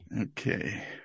Okay